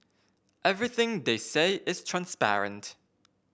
everything they say is transparent